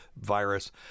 virus